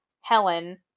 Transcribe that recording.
Helen